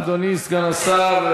אדוני סגן השר.